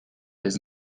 does